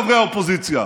חברי האופוזיציה,